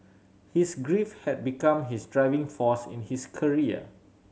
his grief had become his driving force in his career